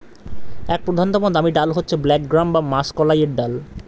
এক প্রধানতম দামি ডাল হচ্ছে ব্ল্যাক গ্রাম বা মাষকলাইয়ের ডাল